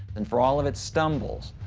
and for all of its stumbles,